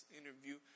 interview